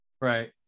Right